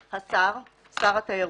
"השר" שר התיירות,